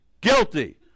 guilty